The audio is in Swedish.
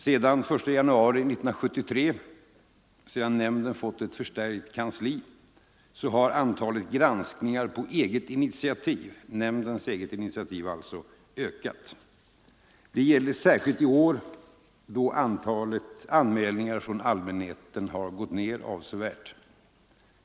Sedan nämnden den 1 januari 1973 fått förstärkta kansliresurser har dock antalet granskningar på nämndens eget initiativ ökat. Detta gäller särskilt i år då antalet anmälningar från allmänheten gått ned avsevärt.